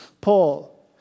Paul